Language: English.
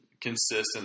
consistent